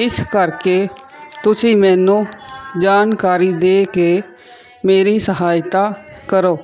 ਇਸ ਕਰਕੇ ਤੁਸੀਂ ਮੈਨੂੰ ਜਾਣਕਾਰੀ ਦੇ ਕੇ ਮੇਰੀ ਸਹਾਇਤਾ ਕਰੋ